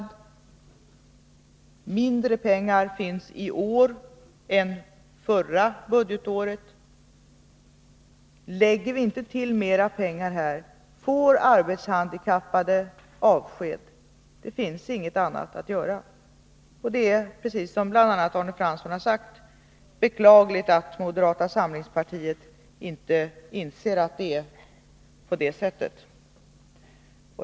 Det finns mindre pengar för det här i år än förra budgetåret. Om vi inte tillför mera pengar, får arbetshandikappade avsked. Det finns inget annat att göra. Det är, som bl.a. också Arne Fransson har sagt, beklagligt att moderata samlingspartiet inte inser att det är på det sättet.